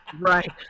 Right